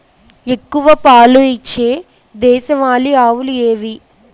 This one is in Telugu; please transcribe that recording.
ఎక్కువ పాలు ఇచ్చే దేశవాళీ ఆవులు ఏవి?